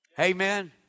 Amen